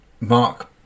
Mark